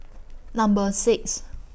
Number six